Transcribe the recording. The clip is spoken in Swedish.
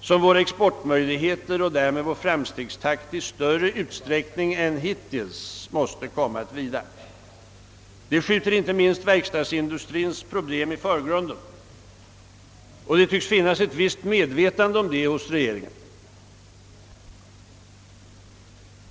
som våra exportmöjligheter och därmed vår framstegstakt i större utsträckning än hittills måste komma att vila. Detta skjuter inte minst verkstadsindustriens problem i förgrunden, och det tycks finnas ett visst medvetande om detta hos regeringen.